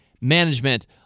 Management